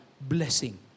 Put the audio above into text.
blessing